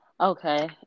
Okay